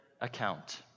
account